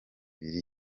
biri